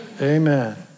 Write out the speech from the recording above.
Amen